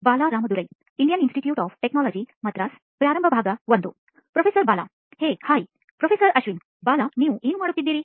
ಬಾಲಾಹೇ hi professor Ashwin Bala ನೀವು ಏನು ಮಾಡುತ್ತಿದ್ದೀರಿ